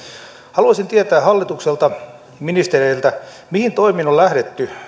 haluaisin tietää hallitukselta ministereiltä mihin toimiin on lähdetty